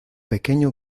pequeño